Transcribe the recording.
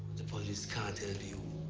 the police can't help you.